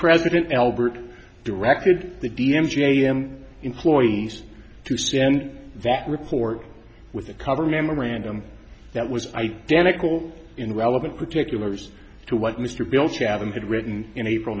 president albert directed the d m g am employees to send that report with a cover memorandum that was identical in relevant particulars to what mr bill chatham had written in april